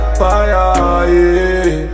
fire